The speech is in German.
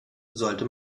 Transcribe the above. sollte